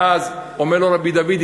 ואז אומר לו רבי דוד,